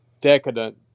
decadent